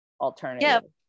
alternative